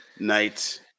Night